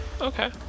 Okay